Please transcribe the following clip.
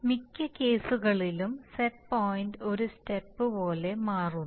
മിക്ക കേസുകളിലും set point ഒരു സ്റ്റെപ്പ് പോലെ മാറ്റുന്നു